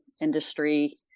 industry